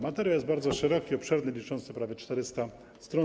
Materiał jest bardzo szeroki, obszerny, liczy prawie 400 stron.